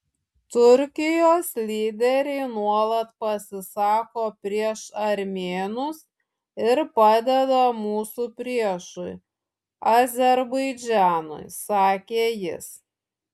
turkijos lyderiai nuolat pasisako prieš armėnus ir padeda mūsų priešui azerbaidžanui sakė jis